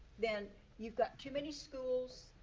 then you've got too many schools,